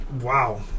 Wow